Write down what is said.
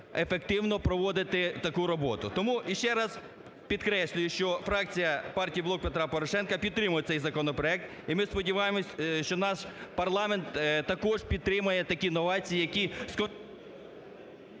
ефективно проводити таку роботу. Тому, ще раз підкреслюю, що фракція партії "Блок Петра Порошенка" підтримує цей законопроект і ми сподіваємось, що наш парламент також підтримає такі новації, які…